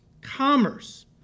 commerce